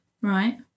Right